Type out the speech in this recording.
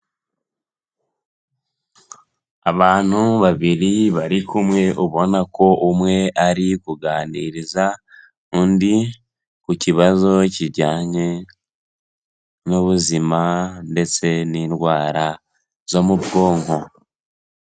Abantu babiri bari kumwe ubona ko umwe ari ukuganiriza undi ku kibazo kijyanye n'ubuzima ndetse n'indwara zo mu bwonko.